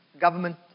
Government